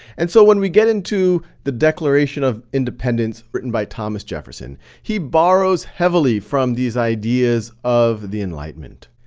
and so when we get into the declaration of independence, written by thomas jefferson, he borrows heavily from these ideas of the enlightenment.